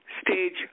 stage